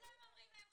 אתם אומרים להם,